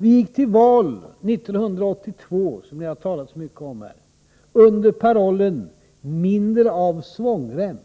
Vi gick till val 1982 — som ni talat så mycket om här — under parollen ”mindre av svångrem